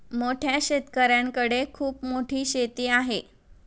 मोठ्या शेतकऱ्यांकडे खूप मोठी शेती आहे